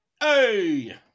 Hey